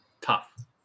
tough